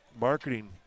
marketing